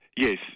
Yes